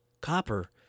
Copper